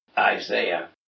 Isaiah